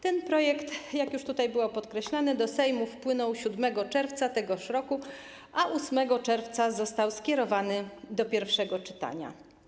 Ten projekt - jak już było podkreślane - do Sejmu wpłynął 7 czerwca tego roku, a 8 czerwca został skierowany do pierwszego czytania.